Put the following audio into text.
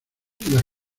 las